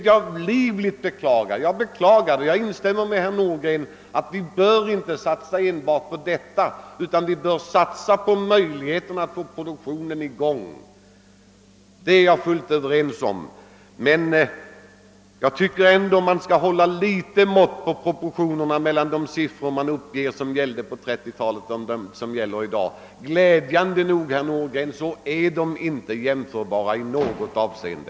Jag instämmer med herr Nordgren i att vi inte bör satsa enbart på beredskapsarbeten och omskolning. Vi måste försöka få produktionen i gång. Jag beklagar livligt att vi inte har lyckats med det. Men jag tycker man skall hålla sig till de rätta proportionerna, när man talar om arbetslöshetssiffrorna på 1930-talet och i dag. Och glädjande nog är de siffrorna inte jämförbara i något avseende.